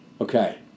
Okay